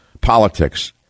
Politics